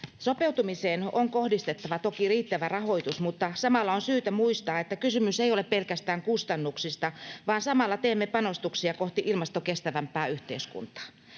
Sopeutumiseen on kohdistettava toki riittävä rahoitus, mutta samalla on syytä muistaa, että kysymys ei ole pelkästään kustannuksista vaan samalla teemme panostuksia kohti ilmastokestävämpää yhteiskuntaa.